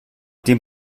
dem